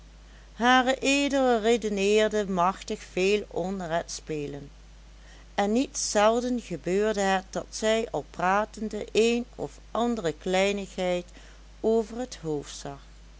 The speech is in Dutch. hed redeneerde machtig veel onder het spelen en niet zelden gebeurde het dat zij al pratende een of andere kleinigheid over het hoofd zag